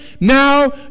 now